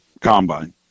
combine